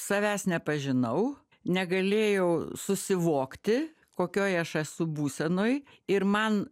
savęs nepažinau negalėjau susivokti kokioj aš esu būsenoj ir man